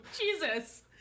Jesus